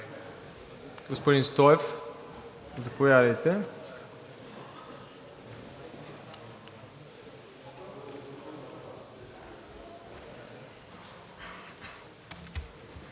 Господин Стоев, заповядайте.